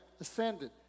ascended